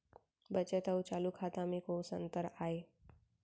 बचत अऊ चालू खाता में कोस अंतर आय?